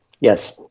Yes